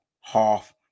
half